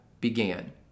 began